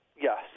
yes